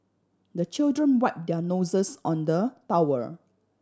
the children wipe their noses on the towel